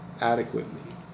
adequately